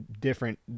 different